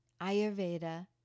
Ayurveda